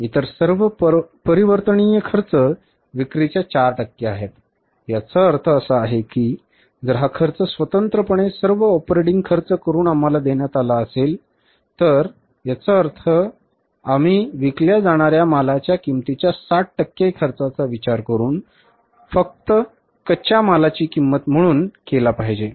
इतर सर्व परिवर्तनीय खर्च विक्रीच्या 4 टक्के आहेत याचा अर्थ असा आहे की जर हा खर्च स्वतंत्रपणे सर्व ऑपरेटिंग खर्च करून आम्हाला देण्यात आला असेल तर याचा अर्थ असा आहे की आम्ही विकल्या जाणाऱ्या मालाच्या किंमतीच्या 60 टक्के खर्चाचा विचार फक्त कच्च्या मालाची किंमत म्हणून केला पाहिजे